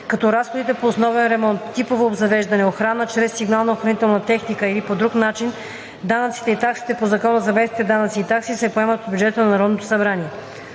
като разходите по основен ремонт, типово обзавеждане, охрана чрез сигнална охранителна техника или по друг начин, данъците и таксите по Закона за местните данъци и такси се поемат от бюджета на Народното събрание.